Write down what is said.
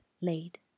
laid